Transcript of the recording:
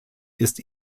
ist